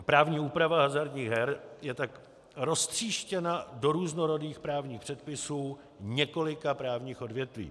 Právní úprava hazardních her je tak roztříštěna do různorodých právních předpisů několika právních odvětví.